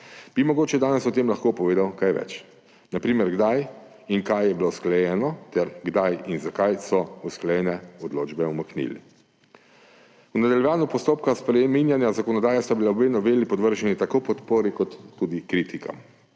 bi mogoče danes o tem lahko povedal kaj več. Na primer, kdaj in kaj je bilo usklajeno ter kdaj in zakaj so usklajene odločbe umaknili. V nadaljevanju postopka spreminjanja zakonodaje sta bili obe noveli podvrženi tako podpori kot tudi kritikam.